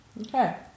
Okay